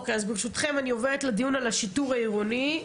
ברשותכם, אני עוברת לדיון על השיטור העירוני.